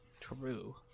True